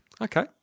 Okay